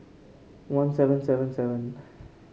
one seven seven seven